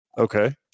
okay